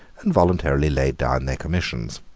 and voluntarily laid down their commissions.